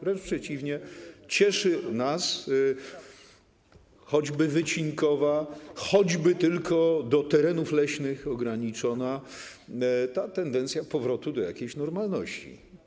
Wręcz przeciwnie, cieszy nas choćby wycinkowa, choćby tylko do terenów leśnych ograniczona tendencja powrotu jakiejś normalności.